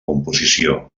composició